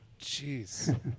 Jeez